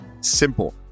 Simple